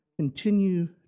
continue